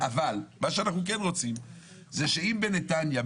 אבל מה שאנחנו כן רוצים זה שאם בנתניה,